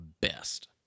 best